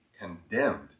condemned